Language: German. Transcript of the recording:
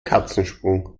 katzensprung